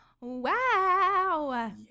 Wow